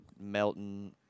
Melton